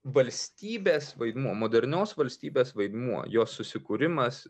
valstybės vaidmuo modernios valstybės vaidmuo jos susikūrimas